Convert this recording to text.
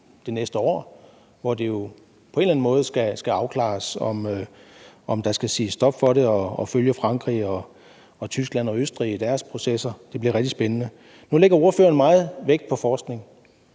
det næste år, hvor det jo på en eller anden måde skal afklares, om der skal siges stop for det, og om vi skal følge Frankrig, Tyskland og Østrig i deres processer. Det bliver rigtig spændende. Nu lægger ordføreren meget vægt på forskning.